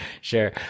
sure